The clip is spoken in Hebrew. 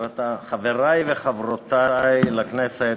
אדוני היושב-ראש, חברי וחברותי לכנסת,